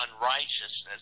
unrighteousness